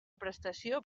prestació